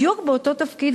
בדיוק באותו תפקיד,